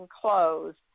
closed